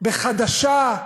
בחדשה.